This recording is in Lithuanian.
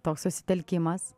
toks susitelkimas